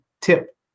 tip